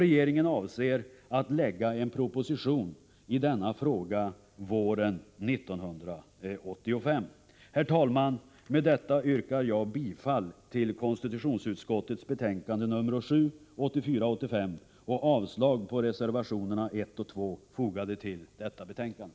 Regeringen avser att lägga fram en proposition i denna fråga våren 1985. Herr talman! Med detta yrkar jag bifall till hemställan i konstitutionsutskottets betänkande 1984/85:7 och avslag på reservationerna 1 och 2 fogade till detta betänkande.